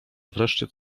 wreszcie